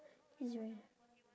it's very